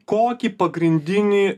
kokį pagrindinį